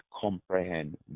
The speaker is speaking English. comprehend